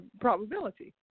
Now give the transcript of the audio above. probability